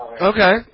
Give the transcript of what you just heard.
Okay